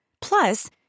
Plus